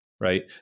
Right